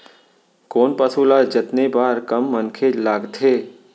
कोन पसु ल जतने बर कम मनखे लागथे?